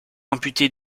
amputée